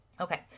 Okay